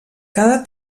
cada